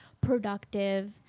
productive